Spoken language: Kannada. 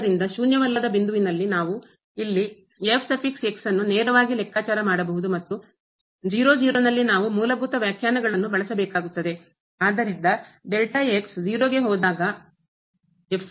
ಆದ್ದರಿಂದ ಶೂನ್ಯವಲ್ಲದ ಬಿಂದುವಿನಲ್ಲಿ ನಾವು ಇಲ್ಲಿ ನ್ನು ನೇರವಾಗಿ ಲೆಕ್ಕಾಚಾರ ಮಾಡಬಹುದು ಮತ್ತು ನಲ್ಲಿ ನಾವು ಮೂಲಭೂತ ವ್ಯಾಖ್ಯಾನಗಳನ್ನು ಬಳಸಬೇಕಾಗುತ್ತದೆ